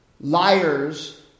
liars